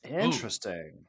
Interesting